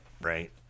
right